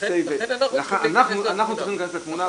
לכן אנחנו צריכים להיכנס לתמונה.